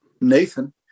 Nathan